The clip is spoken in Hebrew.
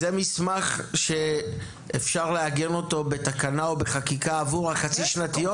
זה מסמך שאפשר לעגן אותו בתקנה או בחקיקה עבור החצי-שנתיות?